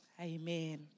Amen